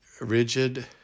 rigid